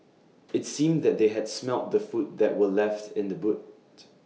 IT seemed that they had smelt the food that were left in the boot